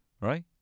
Right